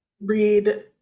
read